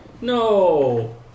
No